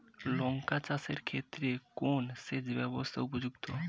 লঙ্কা চাষের ক্ষেত্রে কোন সেচব্যবস্থা উপযুক্ত?